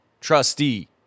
trustee